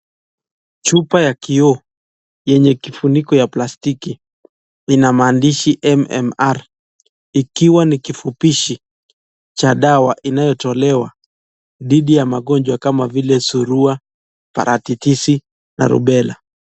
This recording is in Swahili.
Chupa ya kioo yenye kifuniko ya plastiki ina maandishi MMR ikiwa ni kifupishi cha dawa inayotolewa dhidi ya magonjwa kama vile surua, paratitishi na rubela.